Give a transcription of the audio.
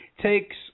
takes